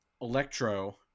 Electro